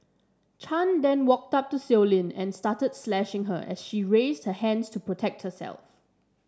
Chan then walked up to Sow Lin and started slashing her as she raised her hands to protect herself